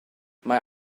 mae